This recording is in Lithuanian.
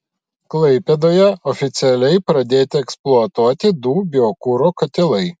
klaipėdoje oficialiai pradėti eksploatuoti du biokuro katilai